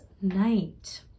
night